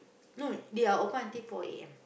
no they are open until four A_M